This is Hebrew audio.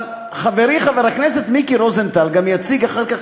אבל חברי חבר הכנסת מיקי רוזנטל גם יציג אחר כך,